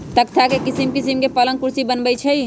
तकख्ता से किशिम किशीम के पलंग कुर्सी बनए छइ